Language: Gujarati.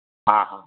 હા હા